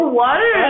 water